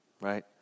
Right